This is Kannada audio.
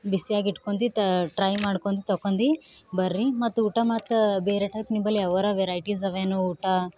ಬಿಸಿ ಅಗಿ ಇಟ್ಕೊಂಡಿ ಟ್ರೈ ಮಾಡ್ಕೊಂಡ್ ತೊಕೊಂಡಿ ಬರ್ರಿ ಮತ್ತು ಊಟ ಮತ್ತು ಬೇರೆ ಟೈಪ್ ನಿಮ್ಮಲ್ಲಿ ಯಾವರ ವೆರೈಟೀಸ್ ಅವೇನು ಊಟ